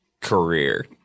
career